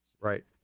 Right